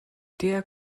der